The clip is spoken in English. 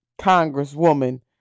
Congresswoman